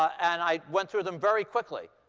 and i went through them very quickly.